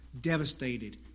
devastated